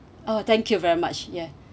oh thank you very much ya